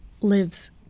lives